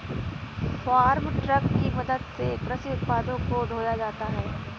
farm truck की मदद से कृषि उत्पादों को ढोया जाता है